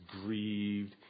grieved